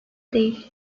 değil